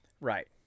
Right